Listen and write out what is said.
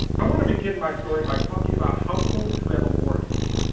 i want to begin my story by talking about households who have a mortgage.